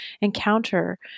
encounter